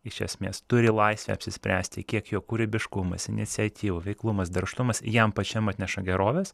iš esmės turi laisvę apsispręsti kiek jo kūrybiškumas iniciatyva veiklumas darbštumas jam pačiam atneša gerovės